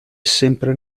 sempre